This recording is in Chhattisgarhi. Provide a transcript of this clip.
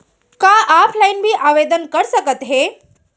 का ऑफलाइन भी आवदेन कर सकत हे?